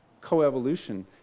coevolution